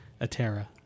Atera